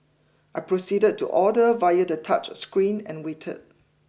I proceeded to order via the touchscreen and waited